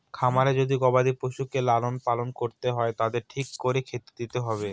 খামারে যদি গবাদি পশুদের লালন পালন করতে হয় তাদের ঠিক করে খেতে দিতে হবে